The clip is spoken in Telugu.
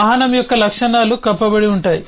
వాహనం యొక్క లక్షణాలు కప్పబడి ఉంటాయి